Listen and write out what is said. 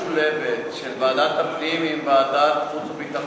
חבר הכנסת נחמן שי, אתה רשאי להעלות ועדה אחרת,